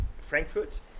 Frankfurt